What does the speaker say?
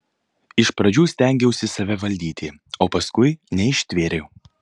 iš pradžių stengiausi save valdyti o paskui neištvėriau